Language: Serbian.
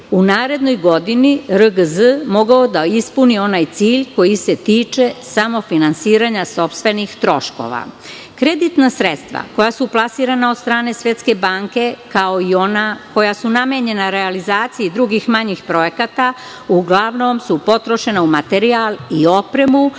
u narednoj godini RGZ mogao da ispuni onaj cilj koji se tiče samofinansiranja sopstvenih troškova. Kreditna sredstva koja su plasirana od strane Svetske banke kao i ona koja su namenjena realizaciji drugih manjih projekata uglavnom su potrošena u materijal i opremu